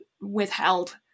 withheld